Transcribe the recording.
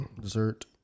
dessert